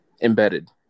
Embedded